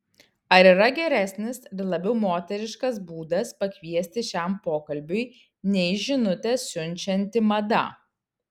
ar yra geresnis ir labiau moteriškas būdas pakviesti šiam pokalbiui nei žinutę siunčianti mada